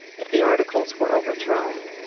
if the articles were overthrown,